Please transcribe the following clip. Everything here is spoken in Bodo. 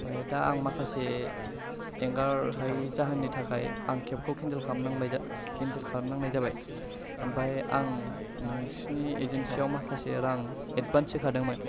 ओमफाय दा आं माखासे एंगार हायै जाहोननि थाखाय आं केब खौ केन्सेल खालाम नांबाय केन्सेल खालाम नांनाय जाबाय ओमफाय आं नोंसिनि एजेन्सि याव माखासे रां एडबान्स होखादोंमोन